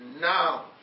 now